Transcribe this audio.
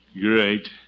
Great